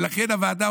ולכן הוועדה,